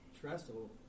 Trestle